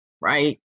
right